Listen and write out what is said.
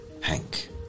Hank